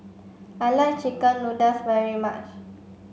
I like chicken noodles very much